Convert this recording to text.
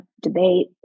debate